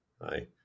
Hi